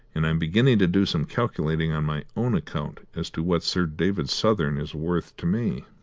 and i'm beginning to do some calculating on my own account as to what sir david southern is worth to me.